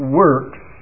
works